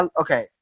okay